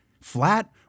flat